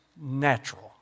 natural